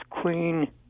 Queen